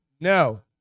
no